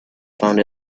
found